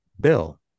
bill